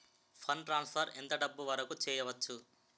Fund transfer ఎంత డబ్బు వరుకు చేయవచ్చు?